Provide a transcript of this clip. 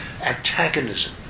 antagonism